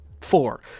four